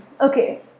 okay